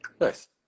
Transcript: Nice